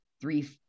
three